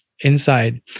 inside